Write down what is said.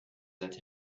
that